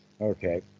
Okay